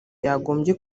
yagombye